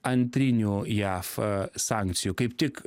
antrinių jaf a sankcijų kaip tik